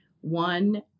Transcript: one